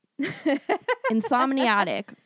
Insomniatic